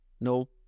No